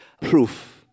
Proof